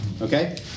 okay